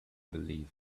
believe